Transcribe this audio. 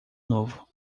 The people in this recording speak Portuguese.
novo